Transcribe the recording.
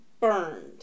burned